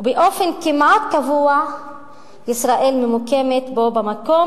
ובאופן כמעט קבוע ישראל ממוקמת בו במקום